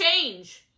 change